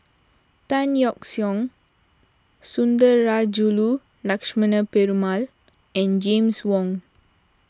Tan Yeok Seong Sundarajulu Lakshmana Perumal and James Wong